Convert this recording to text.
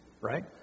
right